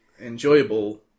enjoyable